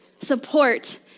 support